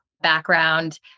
background